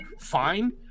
fine